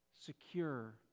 secure